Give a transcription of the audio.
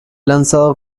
lanzada